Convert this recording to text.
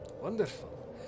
Wonderful